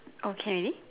oh can already